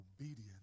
obedience